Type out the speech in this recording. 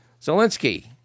Zelensky